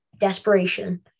desperation